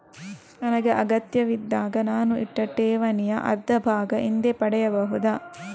ನನಗೆ ಅಗತ್ಯವಿದ್ದಾಗ ನಾನು ಇಟ್ಟ ಠೇವಣಿಯ ಅರ್ಧಭಾಗ ಹಿಂದೆ ಪಡೆಯಬಹುದಾ?